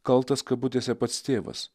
kaltas kabutėse pats tėvas